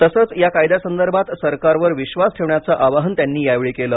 तसेच या कायद्यांसंदर्भात सरकारवर विश्वास ठेवण्याचे आवाहन त्यांनी यावेळी केले